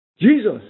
Jesus